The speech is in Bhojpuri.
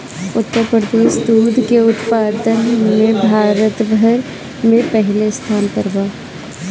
उत्तर प्रदेश दूध के उत्पादन में भारत भर में पहिले स्थान पर बा